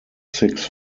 six